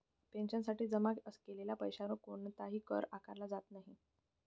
पेन्शनसाठी जमा केलेल्या पैशावर कोणताही कर आकारला जात नाही